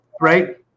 right